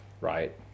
right